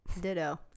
ditto